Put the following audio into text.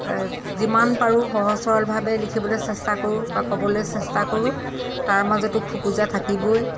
যিমান পাৰোঁ সহজ সৰলভাৱে লিখিবলৈ চেষ্টা কৰোঁ বা ক'বলৈ চেষ্টা কৰোঁ তাৰ মাজতো খোকোজা থাকিবই